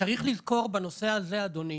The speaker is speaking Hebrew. צריך לזכור בנושא הזה, אדוני,